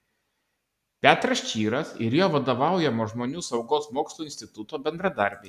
petras čyras ir jo vadovaujamo žmonių saugos mokslo instituto bendradarbiai